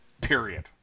period